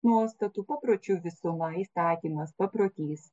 nuostatų papročių visuma įstatymas paprotys